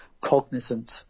cognizant